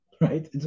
right